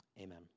Amen